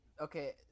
okay